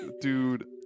Dude